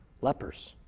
lepers